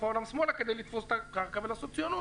העולם שמאלה כדי לתפוס את הקרקע ולעשות ציונות.